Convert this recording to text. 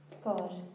God